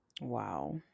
Wow